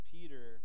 Peter